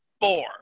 four